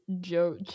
joke